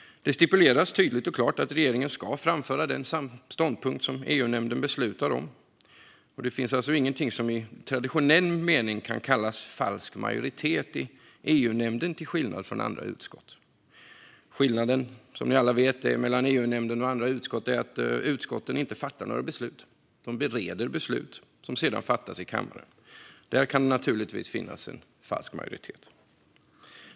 Det stipuleras tydligt och klart att regeringen ska framföra den ståndpunkt som EU-nämnden beslutar om. Det finns alltså ingenting som i traditionell mening kan kallas falsk majoritet i EU-nämnden till skillnad från i andra utskott. Skillnaden mellan EU-nämnden och andra utskott är, som ni alla vet, att utskotten inte fattar några beslut utan bereder beslut som sedan fattas i kammaren. Där kan det naturligtvis finnas en falsk majoritet.